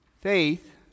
Faith